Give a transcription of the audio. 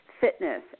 fitness